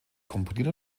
komponiert